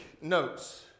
notes